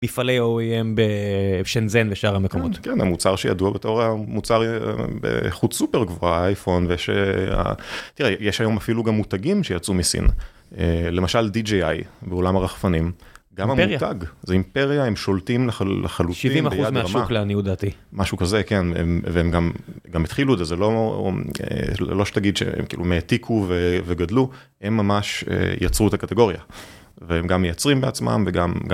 בפעלי OEM בשנזן ושאר המקומות. כן, המוצר שידוע בתור המוצר באיכות סופר גבוהה, האייפון, וש... תראה, יש היום אפילו גם מותגים שיצאו מסין. למשל DJI, בעולם הרחפנים, גם המותג, זה אימפריה, הם שולטים לחלוטין ביד רמה. 70% מהשוק לעניות דעתי. משהו כזה, כן, והם גם התחילו את זה, זה לא שתגיד שהם כאילו הם העתיקו וגדלו, הם ממש יצרו את הקטגוריה, והם גם מייצרים בעצמם וגם...